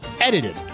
Edited